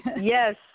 Yes